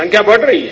संख्या बढ़ रही है